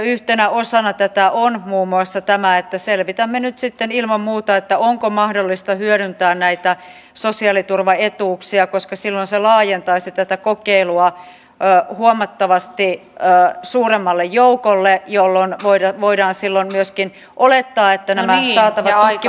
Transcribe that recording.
yhtenä osana tätä on muun muassa tämä että selvitämme nyt sitten ilman muuta onko mahdollista hyödyntää näitä sosiaaliturvaetuuksia koska silloin se laajentaisi tätä kokeilua huomattavasti suuremmalle joukolle jolloin voidaan myöskin olettaa että nämä saatavat tutkimustulokset ovat laajemmat